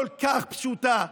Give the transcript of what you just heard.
כל כך פשוטה,